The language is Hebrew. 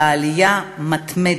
בעלייה מתמדת.